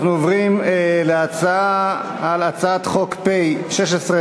אנחנו עוברים להצבעה על הצעת חוק פ/1633.